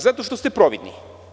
Zato što ste providni.